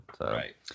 Right